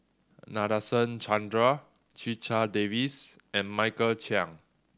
Nadasen Chandra Checha Davies and Michael Chiang